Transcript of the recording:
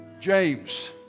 James